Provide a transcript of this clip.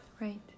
Right